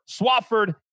Swafford